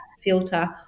filter